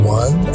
one